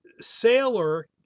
Sailor